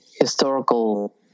historical